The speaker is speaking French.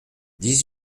dix